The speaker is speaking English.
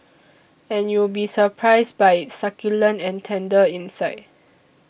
and you'll be surprised by its succulent and tender inside